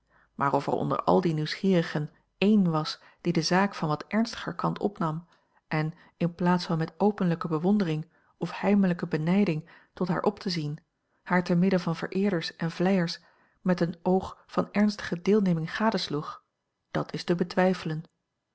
of er onder al die nieuwsgierigen één was die de zaak van wat ernstiger kant opnam en in plaats van met openlijke bewondering of heimelijke benijding tot haar op te zien haar te midden van vereerders en vleiers met een oog van ernstige deelneming gadesloeg dat is te betwijfelen